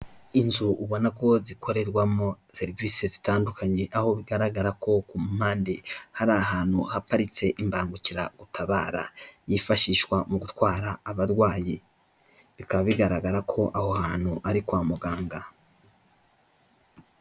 Inzu ubona ko zikorerwamo serivisi zitandukanye, aho bigaragara ko ku mpande hari ahantu haparitse imbangukiragutabara yifashishwa mu gutwara abarwayi. Bikaba bigaragara ko aho hantu ari kwa muganga.